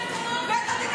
דמי מזונות, לא נתחיל ככה.